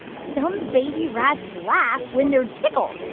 some baby rats laugh when they're tickled,